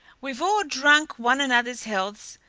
we've all drunk one another's healths.